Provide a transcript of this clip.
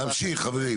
נמשיך חברים.